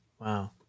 Wow